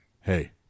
hey